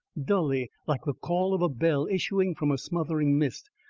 dully like the call of a bell issuing from a smothering mist,